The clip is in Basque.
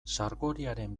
sargoriaren